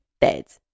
dead